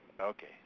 Okay